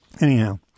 Anyhow